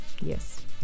yes